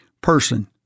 person